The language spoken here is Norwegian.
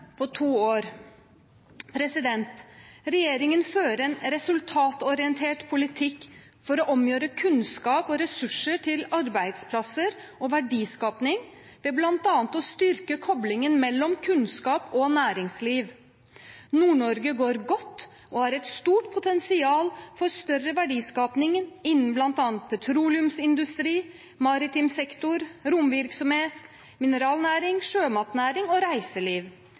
på to år. Regjeringen fører en resultatorientert politikk for å omgjøre kunnskap og ressurser til arbeidsplasser og verdiskaping, ved bl.a. å styrke koblingen mellom kunnskap og næringsliv. Nord-Norge går godt og har et stort potensial for større verdiskaping innen bl.a. petroleumsindustri, maritim sektor, romvirksomhet, mineralnæring, sjømatnæring og reiseliv.